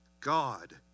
God